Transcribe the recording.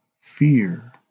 fear